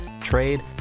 trade